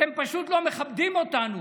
אתם פשוט לא מכבדים אותנו.